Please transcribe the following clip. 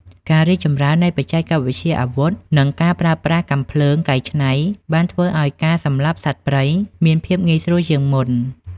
ការរីកចម្រើននៃបច្ចេកវិទ្យាអាវុធ និងការប្រើប្រាស់កាំភ្លើងកែច្នៃបានធ្វើឱ្យការសម្លាប់សត្វព្រៃមានភាពងាយស្រួលជាងមុន។